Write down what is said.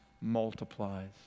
multiplies